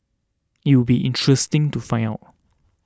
it would be interesting to find out